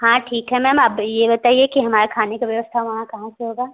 हाँ ठीक है मैम अब ये बताइए कि हमारा खाने का व्यवस्था वहाँ कहाँ से होगा